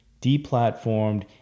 deplatformed